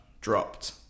dropped